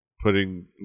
Putting